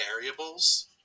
variables